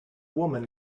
woman